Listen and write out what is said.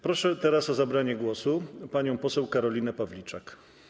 Proszę teraz o zabranie głosu panią poseł Karolinę Pawliczak.